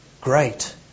Great